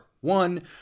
one